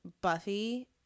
Buffy